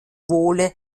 wohle